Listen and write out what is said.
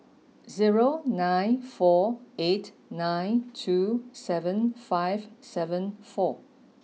zero nine four eight nine two seven five seven four